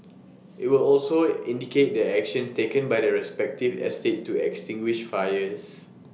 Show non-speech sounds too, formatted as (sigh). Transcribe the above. IT will also indicate the actions taken by the respective estates to extinguish fires (noise)